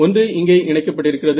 ஒன்று இங்கே இணைக்கப்பட்டிருக்கிறது